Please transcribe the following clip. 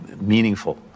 meaningful